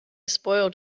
spoiled